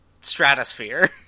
stratosphere